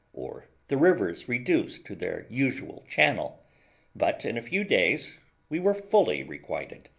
or the rivers reduced to their usual channel but in a few days we were fully requited,